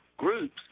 Groups